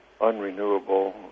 unrenewable